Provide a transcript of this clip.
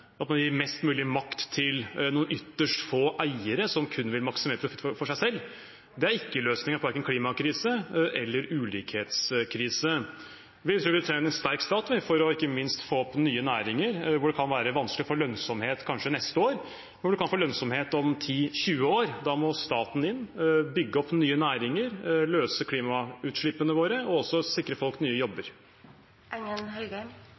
at man gir mest mulig makt til noen ytterst få eiere som kun vil maksimere profitt for seg selv – er ikke løsningen verken på en klimakrise eller en ulikhetskrise. Vi vil prioritere en sterk stat, ikke minst for å få opp nye næringer hvor det kanskje kan være vanskelig å få lønnsomhet neste år, men hvor man kan få lønnsomhet om ti–tjue år. Da må staten inn og bygge opp nye næringer, løse det som gjelder klimautslippene våre, og sikre folk nye